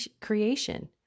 creation